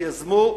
שיזמו,